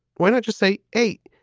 why not just say eight?